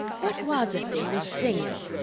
what was it they was singin'?